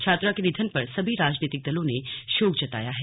छात्रा के निधन पर सभी राजनीतिक दलों ने शोक जताया है